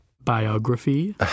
biography